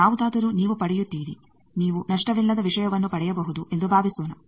ಯಾವುದಾದರೂ ನೀವು ಪಡೆಯುತ್ತೀರಿ ನೀವು ನಷ್ಟವಿಲ್ಲದ ವಿಷಯವನ್ನು ಪಡೆಯಬಹುದು ಎಂದು ಭಾವಿಸೋಣ